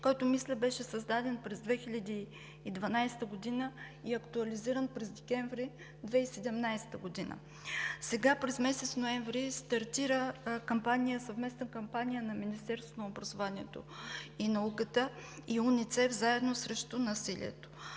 който, мисля, че беше създаден през 2010 г. и актуализиран през месец декември 2017 г. През месец ноември стартира съвместна кампания на Министерството на образованието и науката и УНИЦЕФ „Заедно срещу насилието“.